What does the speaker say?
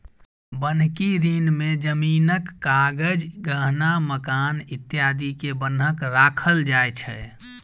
बन्हकी ऋण में जमीनक कागज, गहना, मकान इत्यादि के बन्हक राखल जाय छै